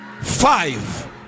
five